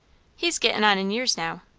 he's gettin' on in years now.